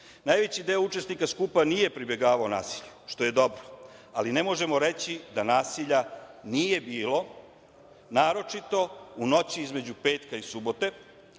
Najveći deo učesnika skupa nije pribegavao nasilju, što je dobro, ali ne možemo reći da nasilja nije bilo, naročito u noći između petka i subote